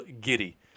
giddy